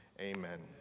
Amen